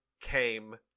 came